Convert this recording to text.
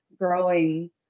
growing